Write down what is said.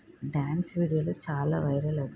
dance వీడియోలు చాలా viral అవుతున్నాయి